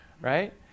right